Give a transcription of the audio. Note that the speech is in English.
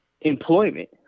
employment